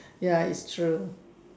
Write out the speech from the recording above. ya it's true